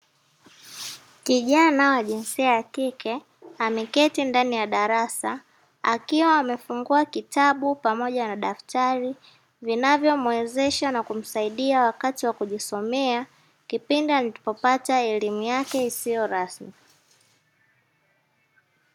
Kijana wa jinsia ya kike ameketi ndani ya darasa akiwa amefungua kitabu pamoja na daftari vinavyomwezesha na kumsaidia wakati wa kujisomea, Kipindi alipopata elimu yake isiyo rasmi.